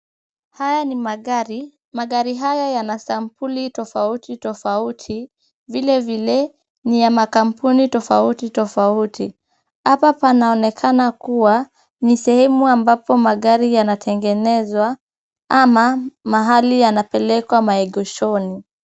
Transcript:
Haya ni magari. Magari haya yana sampli tofauti tofauti, vilevile ni ya makampuni tofauti tofauti, hapa panaonekana kuwa ni sehemu ambapo magari yanatengenezwa ama mahali yanapelekwa maegeshoni.